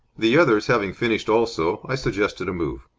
the others having finished also, i suggested a move.